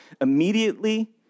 Immediately